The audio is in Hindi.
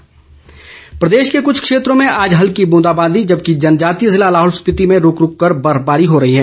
मौसम प्रदेश के कुछ क्षेत्रों में आज हल्की बूंदाबांदी जबकि जनजातीय जिला लाहौल स्पिति में रूक रूक कर बर्फबारी हो रही हैं